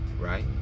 Right